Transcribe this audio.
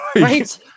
Right